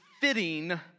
fitting